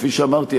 כפי שאמרתי,